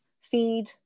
feed